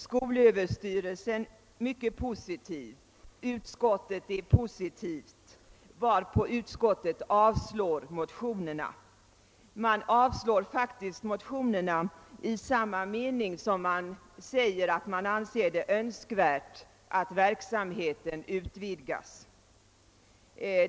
Skolöverstyrelsen är alltså mycket positiv, och utskottet uttalar sig positivt, varpå utskottet avstyrker motionerna — man avstyrker faktiskt motionerna i samma mening som man säger att det är önskvärt att verksamheten utvidgas.